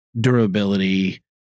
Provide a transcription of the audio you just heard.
durability